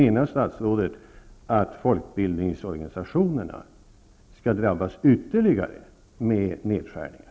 Menar statsrådet att folkbildningsorganisationerna skall drabbas av ytterligare nedskärningar?